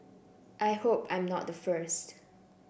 I hope I'm not the first